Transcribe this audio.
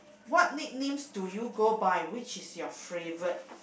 what nicknames do you go by which is you favourite